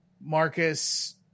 Marcus